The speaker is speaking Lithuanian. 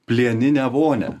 plieninę vonią